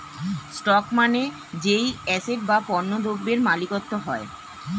stock মানে যেই asset বা পণ্য দ্রব্যের মালিকত্ব হয়